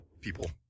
people